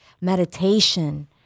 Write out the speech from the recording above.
meditation